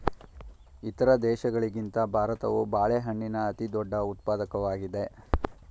ಇತರ ದೇಶಗಳಿಗಿಂತ ಭಾರತವು ಬಾಳೆಹಣ್ಣಿನ ಅತಿದೊಡ್ಡ ಉತ್ಪಾದಕವಾಗಿದೆ